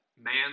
man